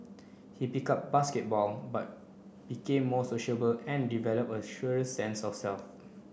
he picked up basketball but became more sociable and developed a surer sense of self